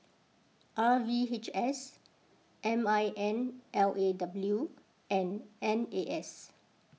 R V H S M I N L A W and N A S